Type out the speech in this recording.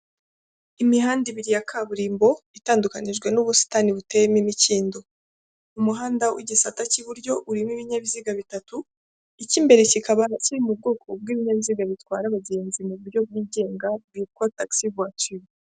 Imihanda ibiri ya kaburimbo itandukanijwe n'ubusitani buteyemo imikindo umuhanda w'igisaka cy'iburyo urimo ibinyabiziga bitatu, icy'imbere kikaba kiri mu bwoko bw'ibinyabiziga bitwara abagenzi mu buryo bwigenga kitwa takisi vuwatire.